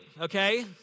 okay